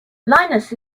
linus